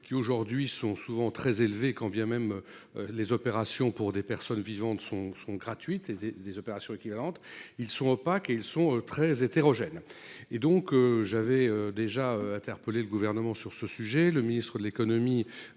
qui aujourd'hui sont souvent très élevées, quand bien même. Les opérations pour des personnes vivantes sont sont gratuites et des des opérations équivalente. Ils sont opaques et ils sont très hétérogènes et donc j'avais déjà interpellé le gouvernement sur ce sujet le ministre de l'Économie